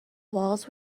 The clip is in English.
walls